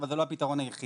אבל זה לא הפתרון היחיד.